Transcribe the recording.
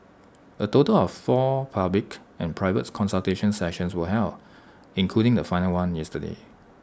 A total of four public and private consultation sessions were held including the final one yesterday